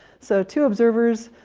so two observers,